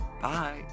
bye